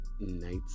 nights